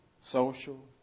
social